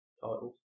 titles